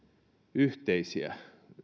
yhteisiä